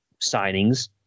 signings